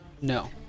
No